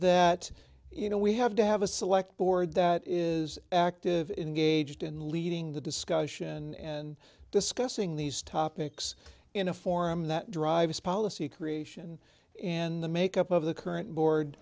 that you know we have to have a select board that is active in gauged in leading the discussion and discussing these topics in a forum that drives policy creation and the make up of the current